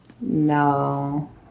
no